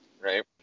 right